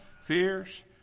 fierce